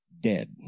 dead